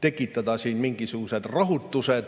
tekitada siin mingisugused rahutused